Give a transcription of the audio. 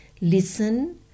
listen